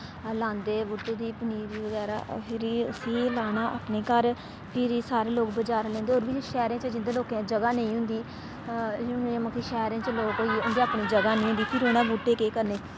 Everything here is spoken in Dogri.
अस लांदे बूह्टे दी पनीरी बगैरा फिरी उस्सी लाना अपने घर फिरी सारे लोग बजारा लैंदे होर बी किश शैह्रें च जिं'दे लोकें दे ज'गा नेईं होंदी इ'यां मतलब कि शैह्रें च लोक होइयै उं'दी अपनी ज'गा निं होंदी फिर उ'नें बूह्टे केह् करने